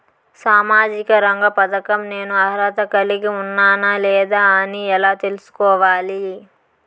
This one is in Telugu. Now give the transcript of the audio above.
సామాజిక రంగ పథకం నేను అర్హత కలిగి ఉన్నానా లేదా అని ఎలా తెల్సుకోవాలి?